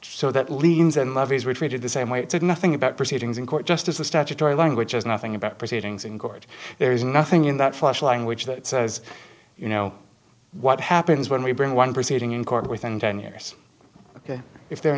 so that leans and levees were treated the same way it did nothing about proceedings in court just as the statutory language is nothing about proceedings in court there is nothing in that flash language that says you know what happens when we bring one proceeding in court within ten years ok if there are